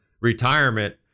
retirement